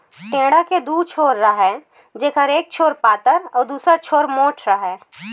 टेंड़ा के दू छोर राहय जेखर एक छोर पातर अउ दूसर छोर मोंठ राहय